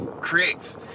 creates